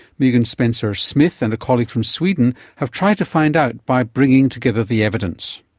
megan spencer-smith and a colleague from sweden have tried to find out by bringing together the evidence.